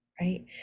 right